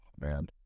Man